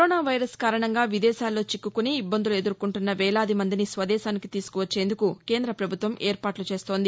corona virus కారణంగా విదేశాల్లో చిక్కుకుని ఇబ్బందులు ఎదుర్కొంటున్న వేలాది మందిని స్వదేశానికి తీసుకువచ్చేందుకు కేంద్ర పభుత్వం ఏర్పాట్ల చేస్తోంది